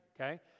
okay